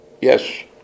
Yes